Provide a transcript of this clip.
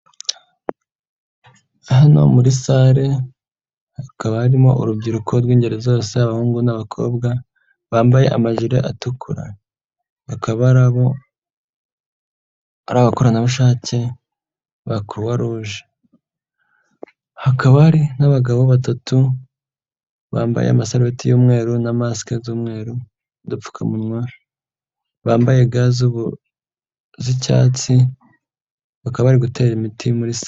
Hano muri sale hakaba harimo urubyiruko rw'ingeri zose abahungu n'abakobwa bambaye amajire atukura, bakaba ari abakoranabushake ba Croix Rouge. Hakaba hari n'abagabo batatu bambaye amasarubeti y'umweru na masike z'umweru n'udupfukamunwa, bambaye ga z'icyatsi bakaba bari gutera imiti muri si sale.